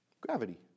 Gravity